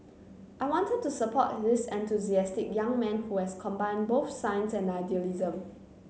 I wanted to support this enthusiastic young man who has combined both science and idealism